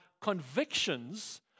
convictions